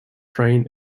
train